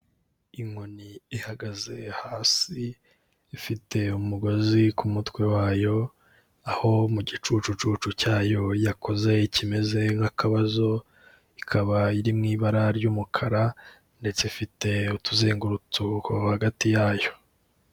Inkoni ihagaze hasi ifite umugozi ku mutwe wayo ,aho mugi cucucucu cyayo yakoze ikimeze nk'akabazo ikaba iri mu ibara ry'umukara ndetse ifite utuzengurutso hagati yayo.